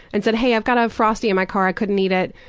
and said, hey, i've got a frosty in my car, i couldn't eat it,